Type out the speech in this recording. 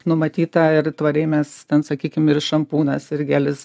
numatyta ir tvariai mes ten sakykime ir šampūnas ir gelis